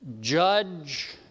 judge